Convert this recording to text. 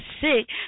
sick